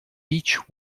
beech